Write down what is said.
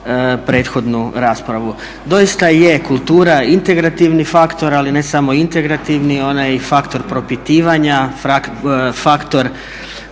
prethodnu raspravu. Doista je kultura integrativni faktor, ali ne samo integrativni ona je i faktor propitivanja, faktor